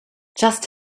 just